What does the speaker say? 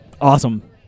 Awesome